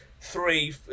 three